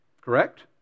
Correct